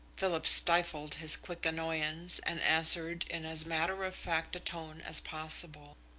philip stifled his quick annoyance and answered in as matter-of-fact a tone as possible.